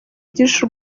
byinshi